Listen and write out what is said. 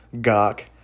gawk